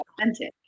authentic